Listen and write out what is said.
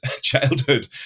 childhood